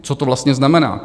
Co to vlastně znamená?